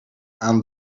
aan